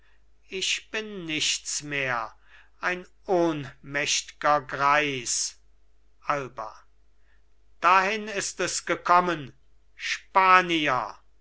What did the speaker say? ich bin nichts mehr ein ohnmächtger greis alba dahin ist es gekommen spanier